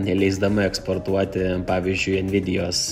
neleisdama eksportuoti pavyzdžiui envidijos